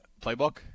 Playbook